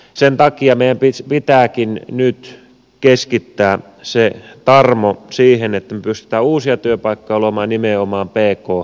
sen takia meidän pitääkin nyt keskittää se tarmo siihen että me pystymme uusia työpaikkoja luomaan nimenomaan pk sektorille